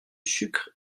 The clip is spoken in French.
sucre